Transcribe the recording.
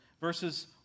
verses